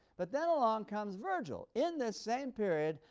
but then along comes virgil in this same period,